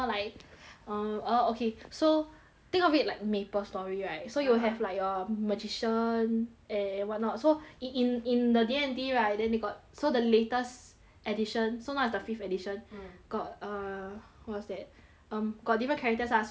uh err okay so think of it like Maplestory right (uh huh) so you have like your magician and one not so in in in the D and D right then they got so the latest edition so now is the fifth edition mm got uh what's that um got different characters lah so I'm a wizard